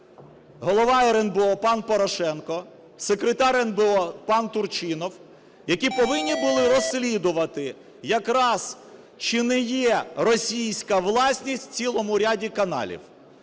Голова РНБО - пан Порошенко, секретар РНБО пан Турчинов, які повинні були розслідувати якраз, чи не є російська власність у цілому ряді каналів.